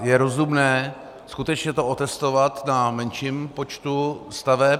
Je rozumné skutečně to otestovat na menším počtu staveb.